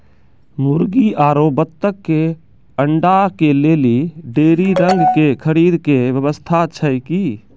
मुर्गी आरु बत्तक के अंडा के लेली डेयरी रंग के खरीद के व्यवस्था छै कि?